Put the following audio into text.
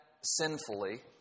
sinfully